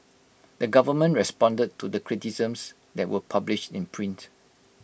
the government responded to the criticisms that were published in print